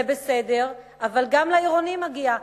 זה בסדר, אבל גם לעירונים מגיע.